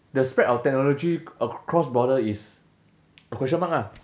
the spread of technology across border is a question mark ah